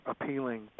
appealing